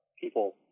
people